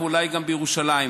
ואולי גם בירושלים.